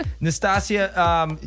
Nastasia